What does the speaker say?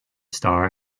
star